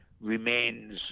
remains